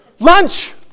Lunch